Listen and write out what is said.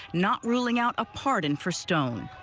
not ruling out a pardon for stone.